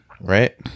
right